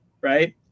right